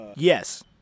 Yes